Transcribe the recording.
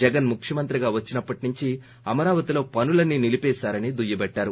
జగన్ ముఖ్యమంత్రిగా వచ్చిన నాటి నుంచి అమరావతిలో పనులన్నీ నిలిపివేశారని దుయ్యబట్టారు